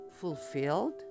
fulfilled